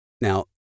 Now